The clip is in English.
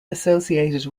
associated